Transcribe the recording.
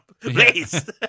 Please